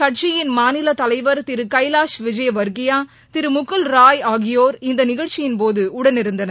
கட்சியின் மாநில தலைவர் கைலாஷ் விஜய வர்கியா திரு திரு முகுர்ராய் ஆகியோர் இந்த நிகழ்ச்சியின்போது உடனிருந்தனர்